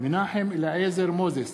מנחם אליעזר מוזס,